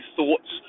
Thoughts